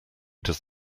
does